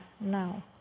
now